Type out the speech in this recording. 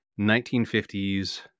1950s